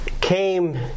came